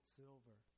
silver